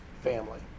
family